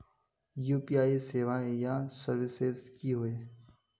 UPI सेवाएँ या services की होय?